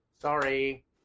Sorry